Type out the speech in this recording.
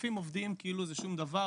ומתחלפים עובדים כאילו זה שום דבר.